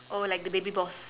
oh like the baby boss